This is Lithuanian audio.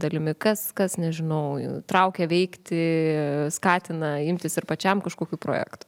dalimi kas kas nežinojau traukia veikti skatina imtis ir pačiam kažkokių projektų